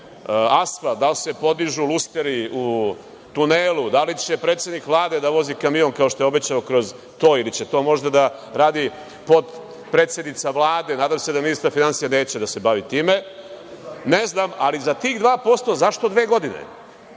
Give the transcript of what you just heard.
da li se podužu lusteri u tunelu, da li će predsednik Vlade da vozi kamion, kao što je obećao, kroz to ili će to možda da radi potpredsednica Vlade, nadam se da ministar finansija neće da se bavi time. Ne znam, ali za tih 2%, zašto dve godine?